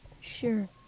Sure